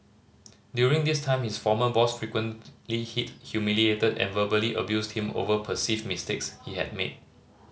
during this time his former boss frequently hit humiliated and verbally abused him over perceived mistakes he had made